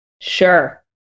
Sure